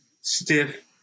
stiff